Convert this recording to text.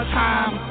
time